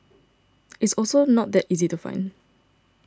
it's also not that easy to find